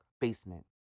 basement